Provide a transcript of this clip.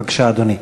בבקשה, אדוני.